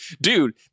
dude